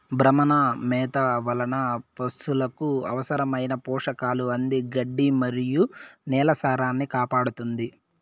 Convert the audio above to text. భ్రమణ మేత వలన పసులకు అవసరమైన పోషకాలు అంది గడ్డి మరియు నేల సారాన్నికాపాడుతుంది